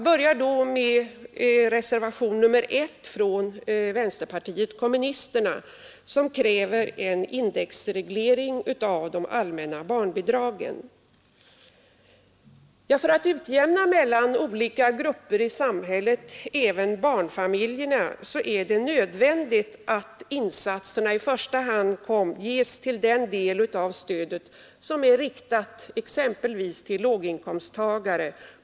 I reservationen 1 av vänsterpartiet kommunisterna kräver man en indexreglering av de allmänna barnbidragen. För att utjämna mellan olika grupper i samhället, barnfamiljer och andra, är det nödvändigt att insatserna i första hand går till den delen av stödet som är riktat till låginkomsttagarna.